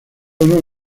honor